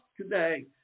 today